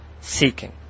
seeking